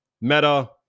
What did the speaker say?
Meta